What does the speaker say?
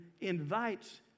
invites